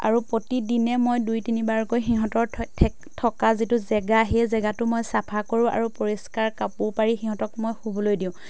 আৰু প্ৰতিদিনে মই দুই তিনিবাৰকৈ সিহঁতৰ থকা যিটো জেগা সেই জেগাটো মই চাফা কৰোঁ আৰু পৰিষ্কাৰ কাপোৰ পাৰি সিহঁতক মই শুবলৈ দিওঁ